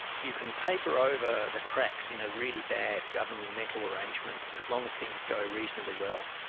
you can paper over the cracks in a really bad governmental arrangement, as long as things go reasonably well.